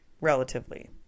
relatively